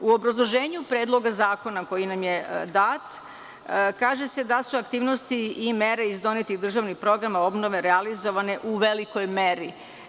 U obrazloženju Predloga zakona koji nam je dat kaže se da su aktivnosti i mere iz donetih državnih programa obnove realizovane u velikoj meri.